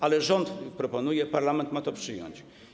Ale rząd proponuje, parlament ma to przyjąć.